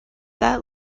that